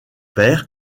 père